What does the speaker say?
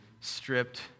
stripped